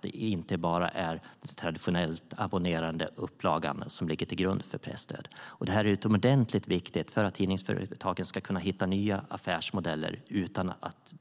Det är inte bara den traditionellt abonnerade upplagan som ligger till grund för presstöd. Det är utomordentligt viktigt för att tidningsföretagen ska kunna hitta nya affärsmodeller utan att